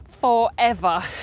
forever